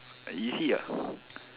easy ah